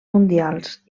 mundials